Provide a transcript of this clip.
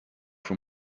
from